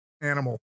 animal